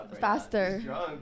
Faster